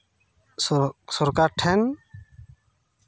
ᱥᱚᱨ ᱥᱚᱨᱠᱟᱨ ᱴᱷᱮᱱ